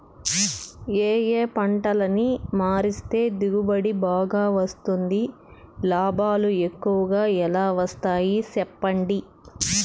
ఏ ఏ పంటలని మారిస్తే దిగుబడి బాగా వస్తుంది, లాభాలు ఎక్కువగా ఎలా వస్తాయి సెప్పండి